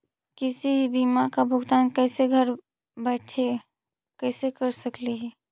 किसी भी बीमा का भुगतान कैसे घर बैठे कैसे कर स्कली ही?